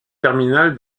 terminale